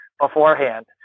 beforehand